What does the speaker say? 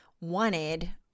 wanted